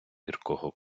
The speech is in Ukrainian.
гіркого